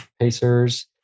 pacers